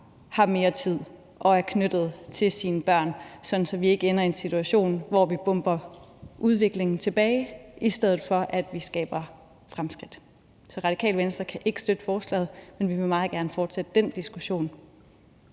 har mere tid og er knyttet til deres børn, sådan at vi ikke ender i en situation, hvor vi bomber udviklingen tilbage, i stedet for at vi skaber fremskridt. Så Radikale Venstre kan ikke støtte forslaget, men vi vil meget gerne fortsætte den diskussion.